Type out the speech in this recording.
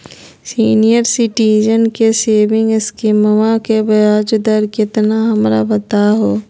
senior citizen के saving स्कीमवा के ब्याज दर कृपया हमरा बताहो